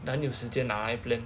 等有时间拿来 plan